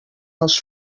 els